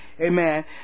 Amen